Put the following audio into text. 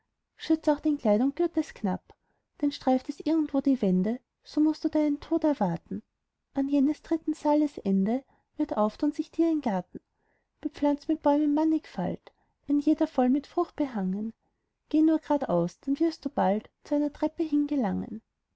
schürz auch dein kleid und gürt es knapp denn streift es irgendwo die wände so mußt du deinen tod erwarten an jenes dritten saales ende wird auftun sich vor dir ein garten bepflanzt mit bäumen mannigfalt ein jeder voll mit frucht behangen geh nur gradaus dann wirst du bald zu einer treppe hingelangen